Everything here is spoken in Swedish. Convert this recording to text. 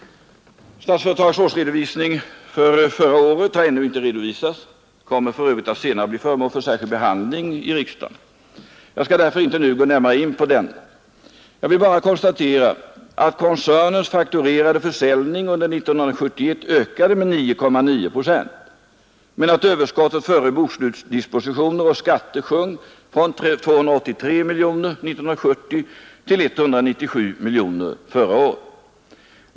Statsföretags årsredovisning för förra året har ännu inte lämnats. Den kommer för övrigt senare att bli föremål för särskild behandling i riksdagen. Jag skall därför inte nu gå närmare in på den. Jag vill bara konstatera att koncernens fakturerade försäljning under 1971 ökade med 9,9 procent men att överskottet före bokslutsdispositioner och skatter sjönk från 283 miljoner kronor år 1970 till 197 miljoner kronor förra året.